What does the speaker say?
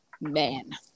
man